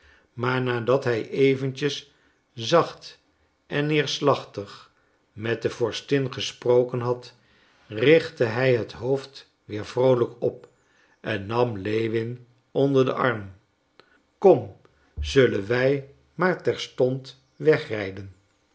maar nadat hij eventjes zacht en neerslachtig met de vorstin gesproken had richtte hij het hoofd weer vroolijk op en nam lewin onder den arm kom zullen wij maar terstond wegrijden